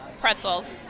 pretzels